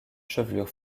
chevelure